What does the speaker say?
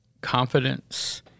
confidence